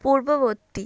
পূর্ববত্তী